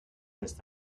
ist